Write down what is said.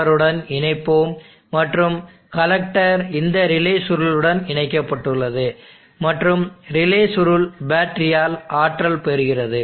தொடருடன் இணைப்போம் மற்றும் கலெக்டர் இந்த ரிலே சுருளுடன் இணைக்கப்பட்டுள்ளது மற்றும் ரிலே சுருள் பேட்டரியால் ஆற்றல் பெறுகிறது